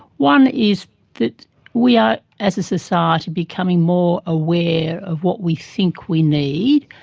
one is that we are, as a society, becoming more aware of what we think we need,